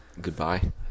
goodbye